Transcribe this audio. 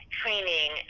training